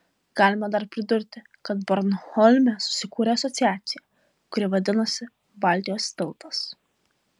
galima dar pridurti kad bornholme susikūrė asociacija kuri vadinasi baltijos tiltas